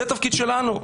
זה התפקיד שלנו.